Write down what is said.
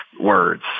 words